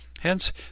Hence